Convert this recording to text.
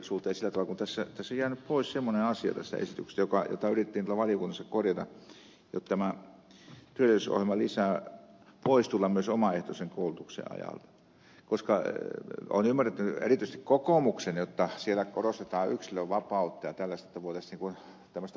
tässä on jäänyt pois semmoinen asia tässä esityksessä jota yritettiin tuolla valiokunnassa korjata jotta tämä työllisyysohjelmalisä voisi tulla myös omaehtoisen koulutuksen ajalle koska olen ymmärtänyt jotta erityisesti kokoomuksessa korostetaan yksilönvapautta ja tällaista omaehtoisuutta